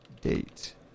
date